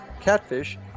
catfish